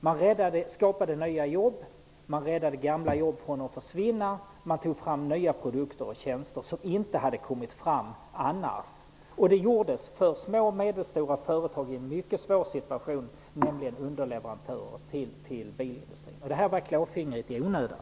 Man hade skapat nya jobb, räddat gamla jobb från att försvinna samt tagit fram nya produkter och tjänster som inte hade kommit fram annars. Det gällde små och medelstora företag i en mycket svår situation såsom underleverantörer till bilindustrin. Detta var klåfingrigt i onödan.